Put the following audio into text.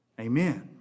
Amen